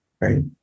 right